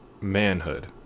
manhood